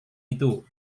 itu